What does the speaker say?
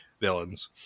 villains